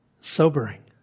Sobering